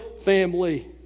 family